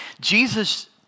Jesus